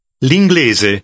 L'inglese